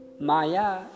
Maya